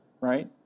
right